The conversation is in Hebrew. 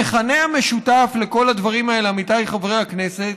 המכנה המשותף לכל הדברים האלה, עמיתיי חברי הכנסת,